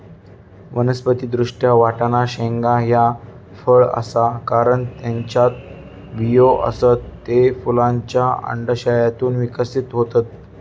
वनस्पति दृष्ट्या, वाटाणा शेंगा ह्या फळ आसा, कारण त्येच्यात बियो आसत, ते फुलांच्या अंडाशयातून विकसित होतत